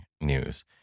news